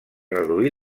reduir